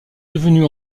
devenu